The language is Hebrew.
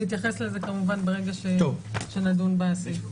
נתייחס לזה כמובן ברגע שנדון בסעיפים.